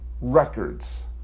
records